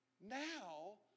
Now